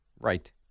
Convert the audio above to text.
right